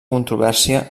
controvèrsia